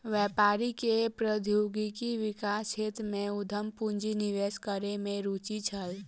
व्यापारी के प्रौद्योगिकी विकास क्षेत्र में उद्यम पूंजी निवेश करै में रूचि छल